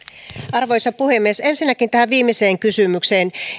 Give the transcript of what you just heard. arvoisa puhemies ensinnäkin tähän viimeiseen kysymykseen